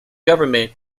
government